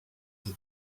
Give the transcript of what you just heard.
that